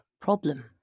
problem